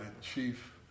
chief